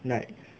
like